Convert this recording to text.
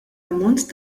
ammont